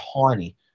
tiny